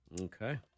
Okay